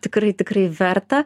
tikrai tikrai verta